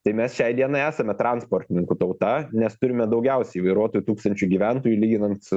tai mes šiai dienai esame transportininkų tauta nes turime daugiausiai vairuotojų tūkstančiui gyventojų lyginant